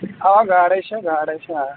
آ گاڈَے چھےٚ گاڈَے چھےٚ آ